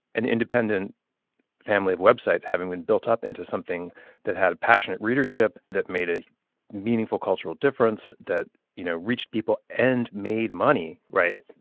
an independent family of web sites having been built up into something that had a passionate readership that made a meaningful cultural difference that you know reached people and made money right.